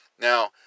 Now